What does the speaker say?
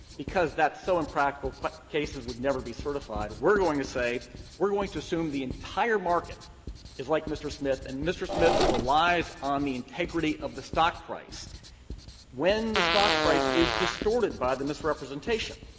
because that's so impractical cases would never be certified, we're going to say we're going to assume the entire market is like mr. smith, and mr. smith relies on the integrity of the stock price when the stock price is distorted by the misrepresentation.